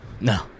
No